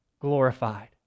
Glorified